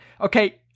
Okay